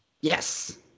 Yes